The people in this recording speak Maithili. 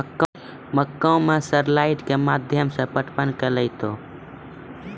मक्का मैं सर लाइट के माध्यम से पटवन कल आ जाए?